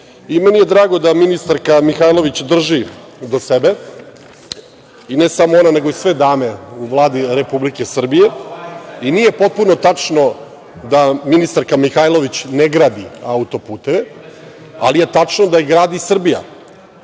je drago da ministarka Mihajlović drži do sebe, i ne samo ona, nego sve dame u Vladi Republike Srbije. Nije potpuno tačno da ministarka Mihajlović ne gradi auto-puteve, ali je tačno da ih gradi Srbija.